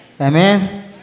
Amen